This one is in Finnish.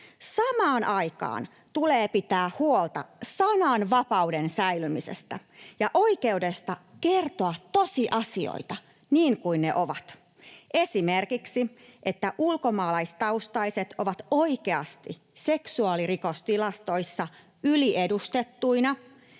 samaan aikaan tulee pitää huolta sananvapauden säilymisestä ja oikeudesta kertoa tosiasioista niin kuin ne ovat — esimerkiksi siitä, että ulkomaalaiset ovat oikeasti seksuaalirikostilastoissa yliedustettuina,